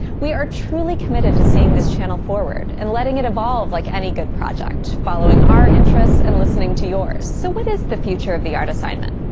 we are truly committed to seeing this channel forward and letting it evolve like any good project, following our interests and listening to yours. so what is the future of the art assignment?